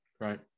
Right